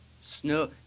Snow